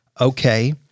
Okay